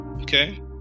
Okay